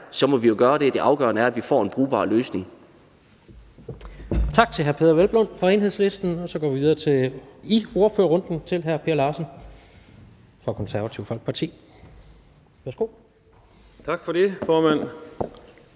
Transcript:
så må vi jo gøre det. Det afgørende er, at vi får en brugbar løsning.